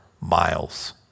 miles